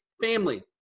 family